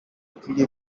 clips